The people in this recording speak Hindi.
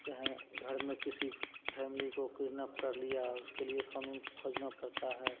चाहें घर में किसी फैमिली को किडनैप कर लिया उसके लिए कानून को खोजना पड़ता है